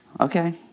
okay